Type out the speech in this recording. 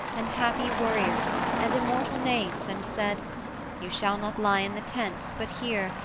and happy warriors, and immortal names, and said you shall not lie in the tents but here,